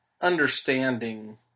understanding